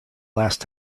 last